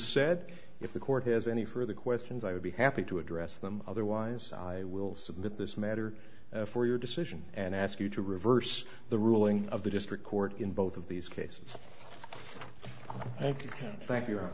said if the court has any further questions i would be happy to address them otherwise i will submit this matter for your decision and ask you to reverse the ruling of the district court in both of these cases and thank you